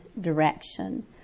direction